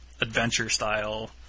adventure-style